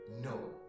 No